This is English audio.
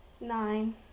Nine